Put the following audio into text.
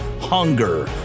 hunger